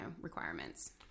requirements